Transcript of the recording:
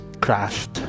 crashed